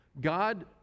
God